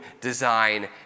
design